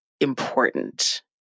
important